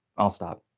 i'll stop.